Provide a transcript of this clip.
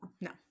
No